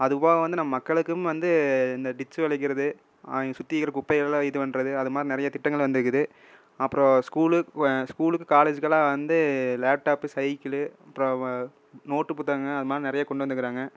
அது போக வந்து நம்ம மக்களுக்கும் வந்து இந்த டிச்சு வளிக்கிறது அவைங்களை சுற்றி இருக்கற குப்பையெல்லாம் இது பண்ணுறது அதுமாதிரி நிறைய திட்டங்கள் வந்திருக்குது அப்பறம் ஸ்கூலு ஸ்கூலுக்கு காலேஜுக்கெல்லாம் வந்து லேப்டாப்பு சைக்கிளு அப்பறம் வ நோட்டு புத்தகங்கள் அது மாதிரி நிறைய கொண்டு வந்திருக்குறாங்க